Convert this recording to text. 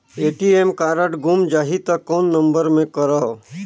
ATM card गुम जाही त कौन नम्बर मे करव?